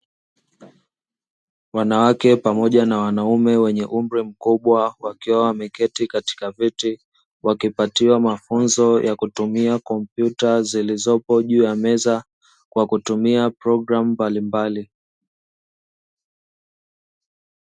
Wanawake pamoja na wanaume wenye umri mkubwa, wakiwa wameketi katika viti, wakipatiwa mafunzo ya kutumia kompyuta zilizopo juu ya meza, kwa kutumia programu mbalimbali.